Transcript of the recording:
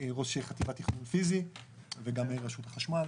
ראש חטיבת תכנון פיזי וגם רשות החשמל.